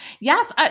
Yes